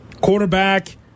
Quarterback